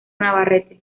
navarrete